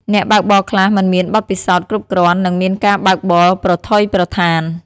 អ្នកបើកបរខ្លះមិនមានបទពិសោធន៍គ្រប់គ្រាន់និងមានការបើកបរប្រថុយប្រថាន។